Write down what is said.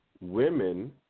Women